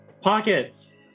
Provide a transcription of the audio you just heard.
Pockets